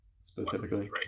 specifically